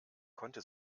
konnte